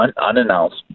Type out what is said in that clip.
unannounced